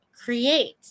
create